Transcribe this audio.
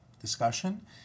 discussion